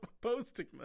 posting